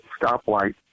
stoplight